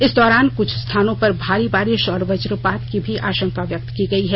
इस दौरान कुछ स्थानों पर भारी बारिश और वजपात की भी आशंका व्यक्त की गयी है